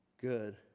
Good